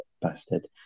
bastard